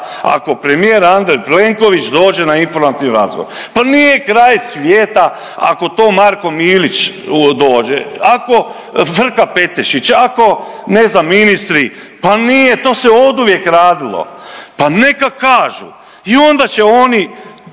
ako premijer Andrej Plenković dođe na informativni razgovor. Pa nije kraj svijeta ako to Marko Milić dođe, ako Frka Petešić, ako ne znam, ministri, pa nije, to se oduvijek radilo. Pa neka kažu i onda će oni